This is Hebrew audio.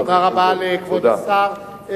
תודה רבה לכבוד השר.